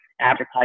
advertising